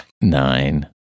Nine